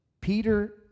Peter